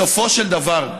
בסופו של דבר,